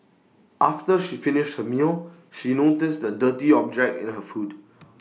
after she finished her meal she noticed A dirty object in her food